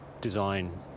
design